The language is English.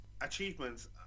achievements